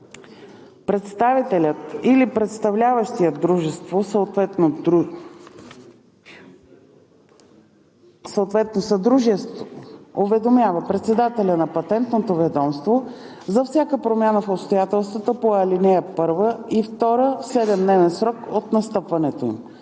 Представителят или представляващият дружеството, съответно съдружието уведомява председателя на Патентното ведомство за всяка промяна в обстоятелствата по ал. 1 и 2 в 7-дневен срок от настъпването им.